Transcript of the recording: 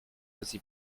aussi